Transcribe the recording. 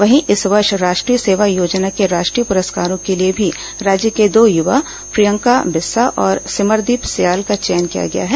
वहीं इस वर्ष राष्ट्रीय सेवा योजना के राष्ट्रीय पुरस्कारों के लिए भी राज्य के दो युवा प्रियंका बिस्सा और सिमरदीप स्याल का चयन किया गया है